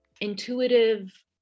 intuitive